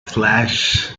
flash